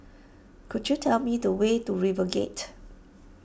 could you tell me the way to RiverGate